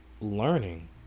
learning